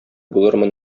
булырмын